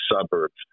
suburbs